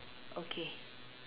okay